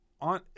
on